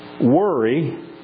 Worry